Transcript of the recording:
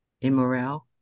immoral